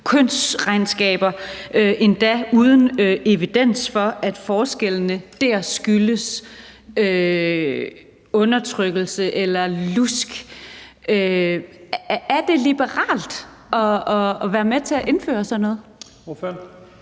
kønsregnskaber, endda uden evidens for, at forskellene dér skyldes undertrykkelse eller lusk. Er det liberalt at være med til at indføre sådan noget?